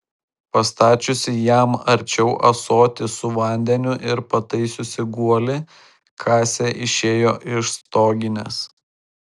pastačiusi jam arčiau ąsotį su vandeniu ir pataisiusi guolį kasė išėjo iš stoginės